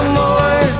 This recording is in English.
more